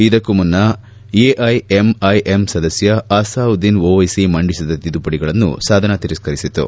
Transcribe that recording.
ಇದಕ್ಕೂ ಮುನ್ನ ಎಐಎಂಐಎಂ ಸದಸ್ಕ ಅಸಾದ್ದುದ್ದೀನ್ ಓವೈಸಿ ಮಂಡಿಸಿದ ತಿದ್ದುಪಡಿಗಳನ್ನು ಸದನ ತಿರಸ್ಕರಿಸಿತು